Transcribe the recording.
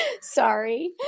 Sorry